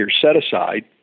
set-aside